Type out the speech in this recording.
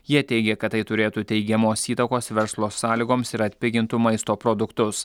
jie teigia kad tai turėtų teigiamos įtakos verslo sąlygoms ir atpigintų maisto produktus